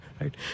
right